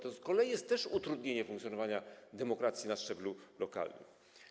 To z kolei jest też utrudnianie funkcjonowania demokracji na szczeblu lokalnym.